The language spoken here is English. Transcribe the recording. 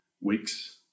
weeks